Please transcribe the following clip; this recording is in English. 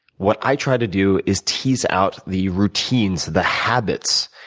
what i try to do is tease out the routines, the habits,